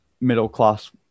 middle-class